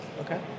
Okay